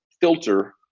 filter